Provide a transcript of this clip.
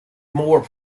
moore